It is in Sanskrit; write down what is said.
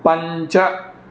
पञ्च